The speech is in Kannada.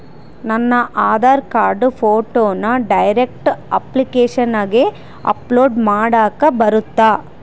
ನನ್ನ ಆಧಾರ್ ಕಾರ್ಡ್ ಫೋಟೋನ ಡೈರೆಕ್ಟ್ ಅಪ್ಲಿಕೇಶನಗ ಅಪ್ಲೋಡ್ ಮಾಡಾಕ ಬರುತ್ತಾ?